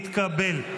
התקבל.